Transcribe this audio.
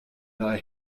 thy